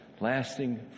lasting